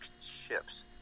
Ships